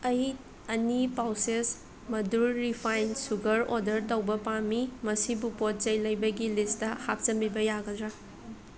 ꯑꯩ ꯑꯅꯤ ꯄꯥꯎꯁꯦꯁ ꯃꯗꯨꯔ ꯔꯤꯐꯥꯏꯟ ꯁꯨꯒꯔ ꯑꯣꯗꯔ ꯇꯧꯕ ꯄꯥꯝꯃꯤ ꯃꯁꯤꯕꯨ ꯄꯣꯠ ꯆꯩ ꯂꯩꯕꯒꯤ ꯂꯤꯁꯇꯥ ꯍꯥꯞꯆꯤꯟꯕꯤꯕ ꯌꯥꯒꯗ꯭ꯔꯥ